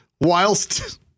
Whilst